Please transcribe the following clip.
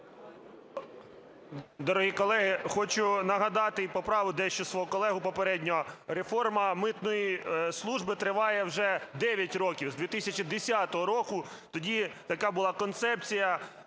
Дорогі колеги, хочу нагадати і поправити дещо свого колегу попереднього. Реформа Митної служби триває вже 9 років, з 2010 року, тоді така була концепція: